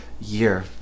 year